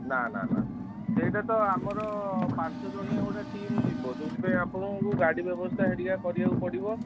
ନା ନା ନା ସେଇଟାତ ଆମର ପାଞ୍ଚ ଜଣିଆ ଗୋଟେ ଟିମ୍ ଯିବ ଯେଉଁଥିପାଇଁ ଆପଣଙ୍କୁ ଗାଡ଼ି ବ୍ୟବସ୍ଥା ହେରିକା କରିବାକୁ ପଡ଼ିବ